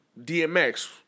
DMX